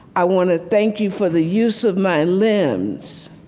i want to thank you for the use of my limbs